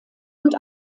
und